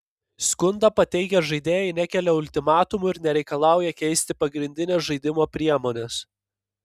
skundą pateikę žaidėjai nekelia ultimatumų ir nereikalauja keisti pagrindinės žaidimo priemonės